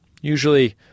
usually